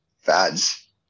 Fads